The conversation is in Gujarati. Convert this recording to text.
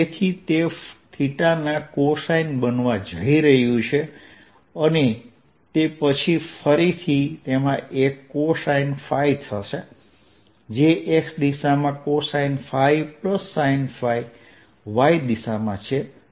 તેથી તે ના cosine બનવા જઈ રહ્યું છે અને તે પછી ફરીથી તેમાં એક cosine ϕ છે જે x દિશામાં cosine ϕ sine ϕ y દિશામાં છે